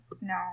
No